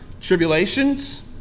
Tribulations